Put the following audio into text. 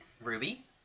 ruby